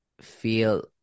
feel